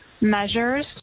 measures